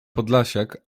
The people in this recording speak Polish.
podlasiak